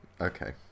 Okay